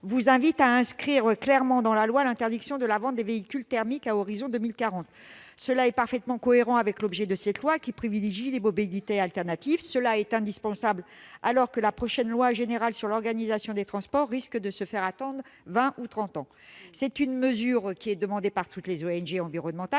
vise à inscrire clairement dans la loi l'interdiction de la vente des véhicules thermiques à l'horizon de 2040. Cette inscription est parfaitement cohérente avec l'objet de ce projet de loi, qui privilégie les mobilités alternatives. Elle est indispensable alors que la prochaine loi générale sur l'organisation des transports risque de se faire attendre vingt ou trente ans. Cette mesure est demandée par toutes les ONG environnementales